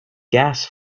gas